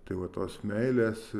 tai va tos meilės